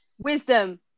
Wisdom